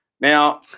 Now